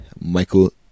Michael